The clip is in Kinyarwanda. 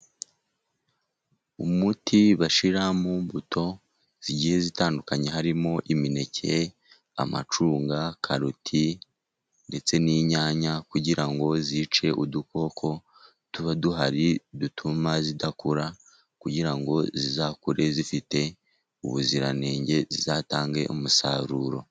Umuti bashyira mu mbuto zigiye zitandukanye harimo: imineke, amacunga, karoti, ndetse n'inyanya, kugira ngo wice udukoko tuba duhari dutuma zidakura, kugira ngo zizakure zifite ubuziranenge, zizatange umusaruro.